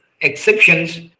exceptions